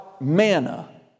Manna